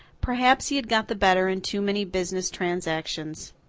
perhaps he had got the better in too many business transactions.